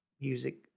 music